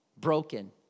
broken